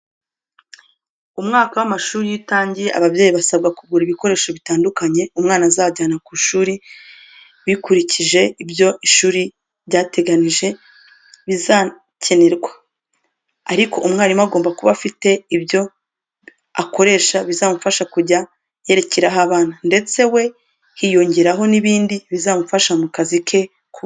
Umwaka w'amashuri iyo utangiye, ababyeyi basabwa kugura ibikoresho bitandukanye, umwana azajyana ku ishuri bikurikije ibyo ishuri ryateganije bizakenerwa. Ariko n'umwarimu agomba kuba afite ibyo akoresha bizamufasha kujya yerekeraho abana. Ndetse we hiyongeraho n'ibindi bizamufasha mu kazi ke k'uburezi.